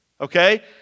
Okay